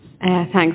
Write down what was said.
Thanks